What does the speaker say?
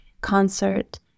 concert